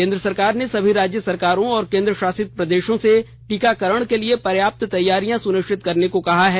केंद्र सरकार ने सभी राज्य सरकारों और केंद्र शासित प्रदेशों से टीकाकरण के लिए पर्याप्त तैयारियां सुनिश्चित करने को कहा है